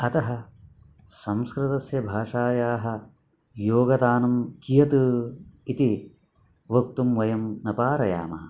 अतः संस्कृतस्य भाषायाः योगदानं कियत् इति वक्तुं वयं न पारयामः